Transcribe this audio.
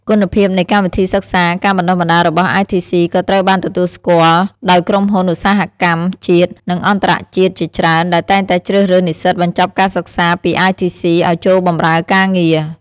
គុណភាពនៃកម្មវិធីសិក្សាការបណ្តុះបណ្តាលរបស់ ITC ក៏ត្រូវបានទទួលស្គាល់ដោយក្រុមហ៊ុនឧស្សាហកម្មជាតិ និងអន្តរជាតិជាច្រើន ដែលតែងតែជ្រើសរើសនិស្សិតបញ្ចប់ការសិក្សាពី ITC ឱ្យចូលបម្រើការងារ។